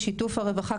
בשיתוף הרווחה,